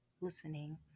listening